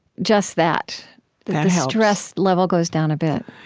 just that, that the stress level goes down a bit